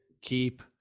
keep